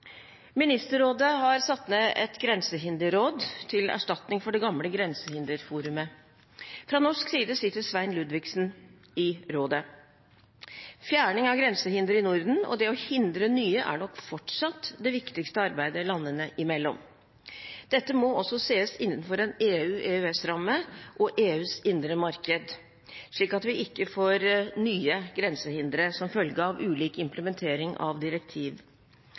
Ministerrådet har satt ned et grensehinderråd til erstatning for det gamle grensehinderforumet. Fra norsk side sitter Svein Ludvigsen i rådet. Fjerning av grensehindre i Norden og det å hindre nye er nok fortsatt det viktigste arbeidet landene imellom. Dette må også ses innenfor en EU-EØS-ramme og EUs indre marked, slik at vi ikke får nye grensehindre som følge av ulik implementering av direktiv.